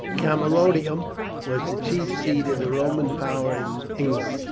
camalodunum was the chief seat of the roman power in england.